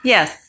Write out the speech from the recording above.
Yes